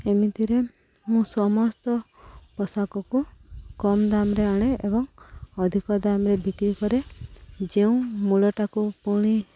ଏମିତିରେ ମୁଁ ସମସ୍ତ ପୋଷାକକୁ କମ୍ ଦାମରେ ଆଣେ ଏବଂ ଅଧିକ ଦାମରେ ବିକ୍ରି କରେ ଯେଉଁ ମୂଳଟାକୁ ପୁଣି